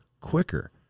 quicker